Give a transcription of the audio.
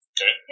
Okay